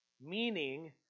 Meaning